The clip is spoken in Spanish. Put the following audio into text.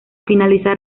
finalizar